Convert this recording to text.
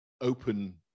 open